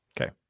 Okay